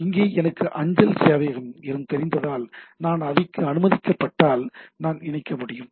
இங்கே எனக்கு அஞ்சல் சேவையகம் தெரிந்தால் நான் அனுமதிக்கப்பட்டால் நான் இணைக்க முடியும்